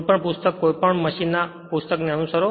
કોઈપણ પુસ્તક કોઈપણ મશીન ના પુસ્તક ને અનુસરો